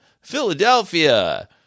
Philadelphia